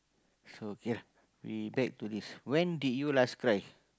so ya we back to this when did you last cry